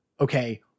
okay